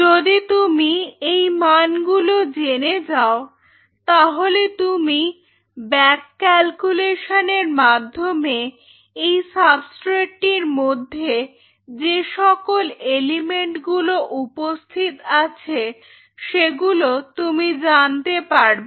যদি তুমি এই মানগুলো জেনে যাও তাহলে তুমি ব্যাক ক্যাল্কুলেশনের মাধ্যমে এই সাবস্ট্রেটটির মধ্যে যেসকল এলিমেন্টগুলো উপস্থিত আছে সেগুলো তুমি জানতে পারবে